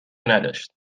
نداشت